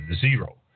zero